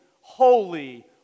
holy